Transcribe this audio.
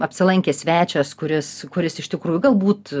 apsilankė svečias kuris kuris iš tikrųjų galbūt